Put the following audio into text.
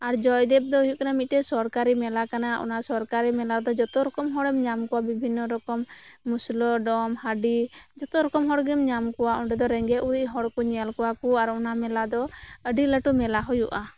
ᱟᱨ ᱡᱚᱭᱫᱮᱵᱽ ᱫᱚ ᱦᱩᱭᱩᱜ ᱠᱟᱱᱟ ᱢᱤᱜᱴᱮᱡ ᱥᱚᱨᱠᱟᱨᱤ ᱢᱮᱞᱟ ᱠᱟᱱᱟ ᱚᱱᱟ ᱥᱚᱨᱠᱟᱨᱤ ᱢᱮᱞᱟ ᱫᱚ ᱡᱚᱛᱚ ᱨᱚᱠᱚᱢ ᱦᱚᱲᱮᱢ ᱧᱟᱢ ᱠᱚᱣᱟ ᱵᱤᱵᱷᱤᱱᱱᱚ ᱨᱚᱠᱚᱢ ᱢᱩᱥᱞᱟᱹ ᱰᱚᱢ ᱦᱟᱰᱤ ᱡᱚᱛᱚ ᱨᱚᱠᱚᱢ ᱦᱚᱲ ᱜᱮᱢ ᱧᱟᱢ ᱠᱚᱣᱟ ᱚᱸᱰᱮ ᱫᱚ ᱨᱮᱸᱜᱮᱡ ᱚᱨᱮᱡ ᱦᱚᱲ ᱠᱚ ᱧᱮᱞ ᱠᱚᱣᱟ ᱠᱚ ᱟᱨ ᱚᱱᱟ ᱢᱮᱞᱟ ᱫᱚ ᱟᱹᱰᱤ ᱞᱟᱹᱴᱩ ᱢᱮᱞᱟ ᱦᱩᱭᱩᱜᱼᱟ